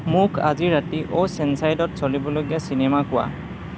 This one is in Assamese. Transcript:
মোক আজি ৰাতি অ'চেনচাইডত চলিব লগীয়া চিনেমা কোৱা